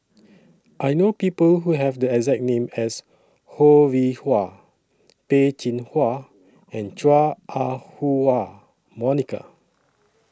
I know People Who Have The exact name as Ho Rih Hwa Peh Chin Hua and Chua Ah Huwa Monica